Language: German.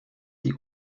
die